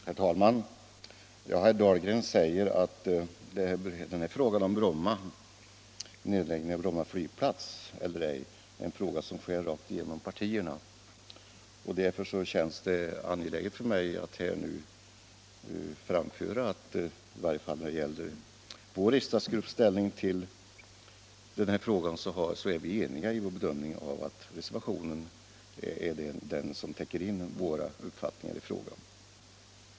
Herr talman! Herr Dahlgren säger att frågan om nedläggningen av Bromma flygplats skär rakt igenom partierna. Därför känns det angeläget för mig att här framföra vår riksdagsgrupps ställningstagande. Vi är i varje fall eniga i vår bedömning av att reservationen i stort täcker in våra uppfattningar i frågan.